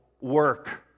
work